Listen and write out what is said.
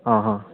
आं हां